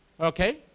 Okay